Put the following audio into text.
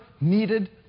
needed